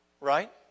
Right